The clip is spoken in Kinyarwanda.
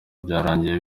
byarangiye